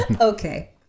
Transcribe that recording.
Okay